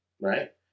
right